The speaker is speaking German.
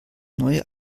neue